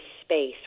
space